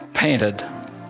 Painted